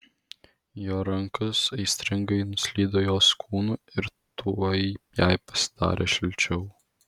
jo rankos aistringai nuslydo jos kūnu ir tuoj jai pasidarė šilčiau